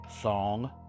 Song